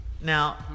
Now